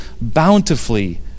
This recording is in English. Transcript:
bountifully